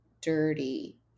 dirty